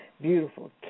beautiful